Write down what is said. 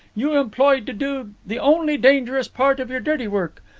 you employed to do the only dangerous part of your dirty work.